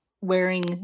wearing